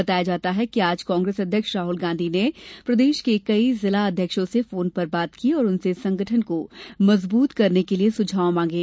बताया जाता है कि आज कांग्रेस अध्यक्ष राहुल गांधी ने प्रदेश के कई जिला अध्यक्षों से फोन पर बात की और उनसे संगठन को मजबूत करने के लिये सुझाव मांगे